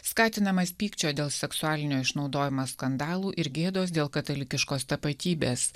skatinamas pykčio dėl seksualinio išnaudojimo skandalų ir gėdos dėl katalikiškos tapatybės